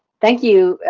thank you,